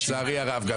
לצערי הרב.